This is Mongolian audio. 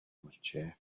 болжээ